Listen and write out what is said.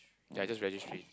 ya just registry